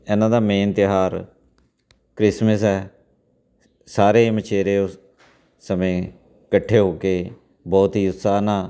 ਇਹਨਾਂ ਦਾ ਮੇਨ ਤਿਉਹਾਰ ਕ੍ਰਿਸਮਿਸ ਹੈ ਸਾਰੇ ਮਛੇਰੇ ਉਸ ਸਮੇਂ ਇਕੱਠੇ ਹੋ ਕੇ ਬਹੁਤ ਹੀ ਉਤਸਾਹ ਨਾਲ